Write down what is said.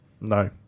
No